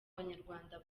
banyarwanda